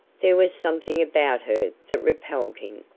there was something about her that repelled him,